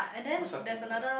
who's Haslinda